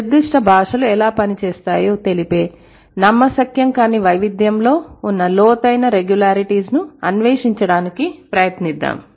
నిర్దిష్ట భాషలు ఎలా పనిచేస్తాయో తెలిపే నమ్మశక్యం కాని వైవిధ్యంలో ఉన్న లోతైన రెగ్యులారిటీస్ ను అన్వేషించడానికి ప్రయత్నిద్దాం